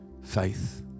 faith